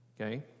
okay